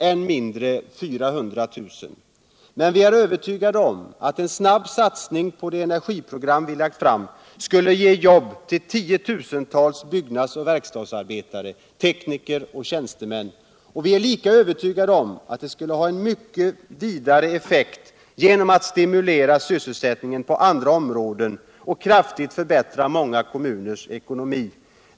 än mindre 400 000, men vi är övertygade om att en snabb satsning på det ecnergiprogram vi lagt fram skulle ge jobb till tiotusentals byggnads och verkstadsarbetare, tekniker och tjänstemän. Och vi är lika övertygade om att det skulle ha en mycket vidare effekt genom att stimulera sysselsättningen på andra områden och kraftigt förbättra många kommuners ekonomi.